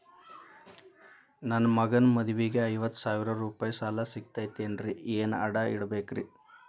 ನನ್ನ ಮಗನ ಮದುವಿಗೆ ಐವತ್ತು ಸಾವಿರ ರೂಪಾಯಿ ಸಾಲ ಸಿಗತೈತೇನ್ರೇ ಏನ್ ಅಡ ಇಡಬೇಕ್ರಿ?